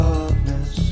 Darkness